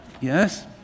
Yes